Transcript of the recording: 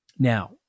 Now